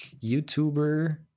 YouTuber